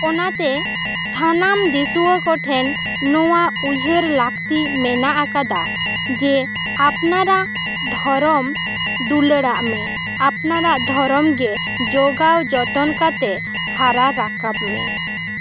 ᱚᱱᱟᱛᱮ ᱥᱟᱱᱟᱢ ᱫᱤᱥᱣᱟᱹ ᱠᱚ ᱴᱷᱮᱱ ᱱᱚᱣᱟ ᱩᱭᱦᱟᱹᱨ ᱞᱟᱹᱠᱛᱤ ᱢᱮᱱᱟᱜ ᱟᱠᱟᱫᱟ ᱡᱮ ᱟᱯᱱᱟᱨᱟᱜ ᱫᱷᱚᱨᱚᱢ ᱫᱩᱞᱟᱹᱲᱟᱜ ᱢᱮ ᱟᱯᱱᱟᱨᱟᱜ ᱫᱷᱚᱨᱚᱢ ᱜᱮ ᱡᱚᱜᱟᱣ ᱡᱚᱛᱚᱱ ᱠᱟᱛᱮᱜ ᱦᱟᱨᱟ ᱨᱟᱠᱟᱵ ᱢᱮ